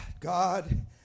God